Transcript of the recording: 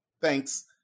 Thanks